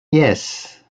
yes